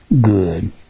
good